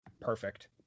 Perfect